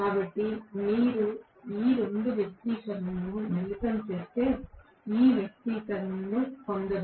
కాబట్టి మీరు ఈ 2 వ్యక్తీకరణలను మిళితం చేస్తే మీరు ఈ వ్యక్తీకరణను పొందగలుగుతారు